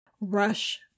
rush